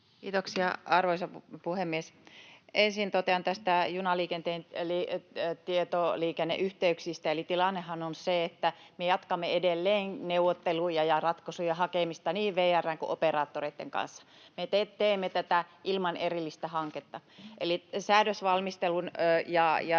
Kiitoksia, arvoisa puhemies! Ensin totean näistä junaliikenteen tietoliikenneyhteyksistä, että tilannehan on se, että me jatkamme edelleen neuvotteluja ja ratkaisujen hakemista niin VR:n kuin operaattoreitten kanssa. Me teemme tätä ilman erillistä hanketta. Säädösvalmistelun ja